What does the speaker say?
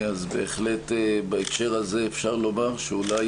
בהחלט, בהקשר הזה, אפשר לומר שאולי